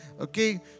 Okay